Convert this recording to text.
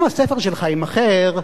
אם הספר שלך יימכר,